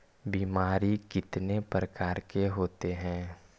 बीमारी कितने प्रकार के होते हैं?